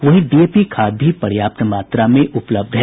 वहीं डीएपी खाद भी पर्याप्त मात्रा में उपलब्ध है